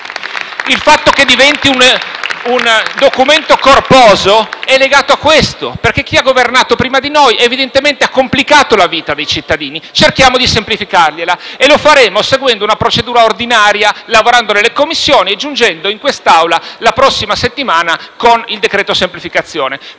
Il fatto che diventi un documento corposo è legato a questo, perché chi ha governato prima di noi evidentemente ha complicato la vita dei cittadini. Cerchiamo di semplificargliela e lo faremo seguendo una procedura ordinaria, lavorando nelle Commissioni e giungendo in quest'Aula la prossima settimana con il decreto semplificazione.